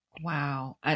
Wow